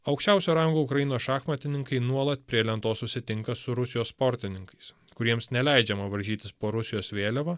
aukščiausio rango ukrainos šachmatininkai nuolat prie lentos susitinka su rusijos sportininkais kuriems neleidžiama varžytis po rusijos vėliava